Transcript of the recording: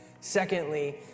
Secondly